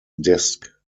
disc